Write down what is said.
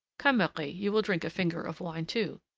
come, marie, you will drink a finger of wine too.